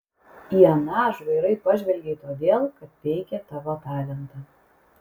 į aną žvairai pažvelgei todėl kad peikė tavo talentą